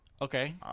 Okay